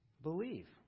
believe